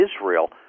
Israel